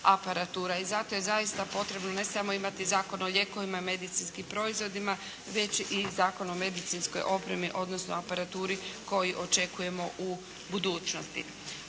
I zato je zaista potrebno ne samo imati Zakon o lijekovima i medicinskim proizvodima već i zakon o medicinskoj opremi odnosno aparaturu koji očekujemo u budućnosti.